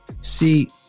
See